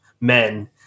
Men